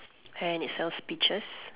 and it sells peaches